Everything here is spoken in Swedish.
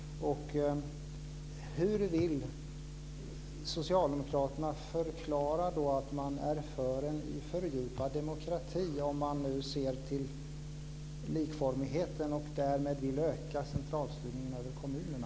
Hur vill socialdemokraterna förklara att de är för en fördjupad demokrati om de nu ser till likformigheten och därmed vill öka centralstyrningen över kommunerna?